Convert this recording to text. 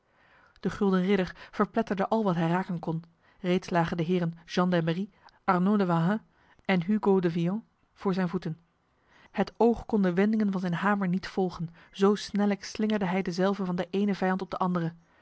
de gulden ridder verpletterde al wat hij raken kon reeds lagen de heren jean d'emmery arnould de wahain en hugo de viane voor zijn voeten het oog kon de wendingen van zijn hamer niet volgen zo snellijk slingerde hij dezelve van de ene vijand op de andere